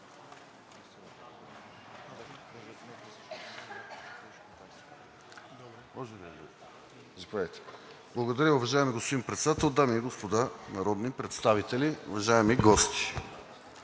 Благодаря, уважаеми господин Председател! Дами и господа народни представители, уважаеми гости!